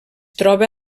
troba